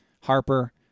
Harper